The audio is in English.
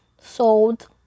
Sold